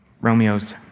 Romeo's